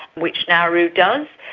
which nauru does.